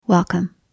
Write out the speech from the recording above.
Welcome